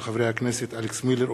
של חברי הכנסת אלכס מילר,